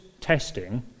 testing